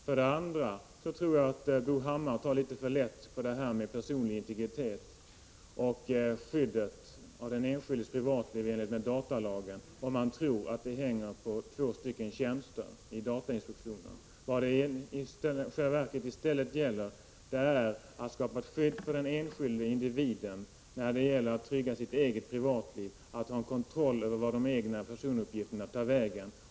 För det andra tror jag att Bo Hammar tar litet för lätt på frågan om personlig integritet och skydd för den enskildes privatliv i enlighet med datalagen, om han tror att den frågan hänger på två stycken tjänster i datainspektionen. Vad det i själva verket gäller är att skapa ett skydd för den enskilde individen när det gäller att trygga det egna privatlivet och att ha en kontroll över vart de egna personuppgifterna tar vägen.